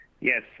Yes